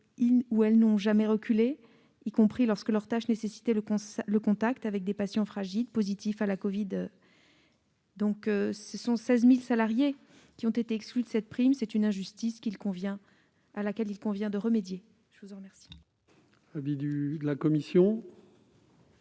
ligne et n'ont jamais reculé, y compris lorsque leur tâche nécessitait le contact avec des patients fragiles ou positifs à la covid. Quelque 16 000 salariés ont été exclus de cette prime. C'est une injustice à laquelle il convient de remédier. Quel est